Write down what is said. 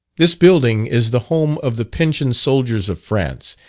this building is the home of the pensioned soldiers of france.